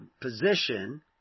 position